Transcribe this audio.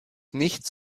nichts